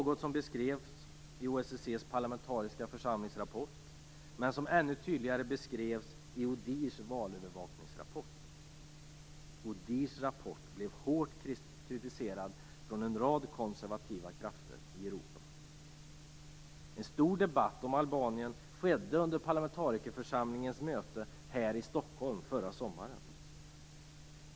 Detta beskrevs i OSSE:s parlamentariska församlings rapport, men beskrevs ännu tydligare i ODIHR:s valövervakningsrapport. ODIHR:s rapport blev hårt kritiserad från en rad konservativa krafter i Europa. En stor debatt om Albanien ägde rum under parlamentarikerförsamlingens möte här i Stockholm förra sommaren.